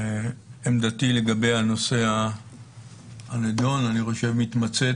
עמדתי לגבי הנושא הנידון אני חושב מתמצית